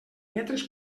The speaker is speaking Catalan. metres